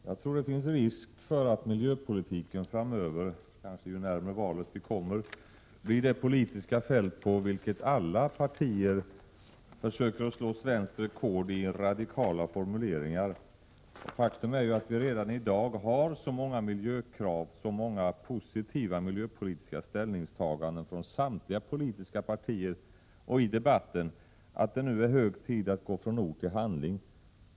Fru talman! Det finns risk, tror jag, för att miljöpolitiken framöver, kanske ju närmare valet vi kommer, blir det politiska fält på vilket alla partier söker slå svenskt rekord i radikala formuleringar. Faktum är ju att vi redan i dag har så många miljökrav, så många positiva miljöpolitiska ställningstaganden, från samtliga politiska partier och i debatten, att det nu är hög tid att gå från ord till handling.